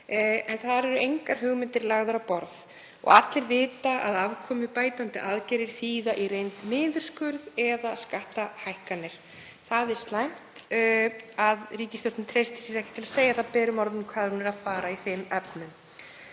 en þar eru engar hugmyndir lagðar á borð. Allir vita að afkomubætandi aðgerðir þýða í reynd niðurskurð eða skattahækkanir. Það er slæmt að ríkisstjórnin treystir sér ekki til að segja það berum orðum hvað hún er að fara í þeim efnum.